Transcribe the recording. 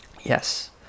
Yes